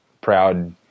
proud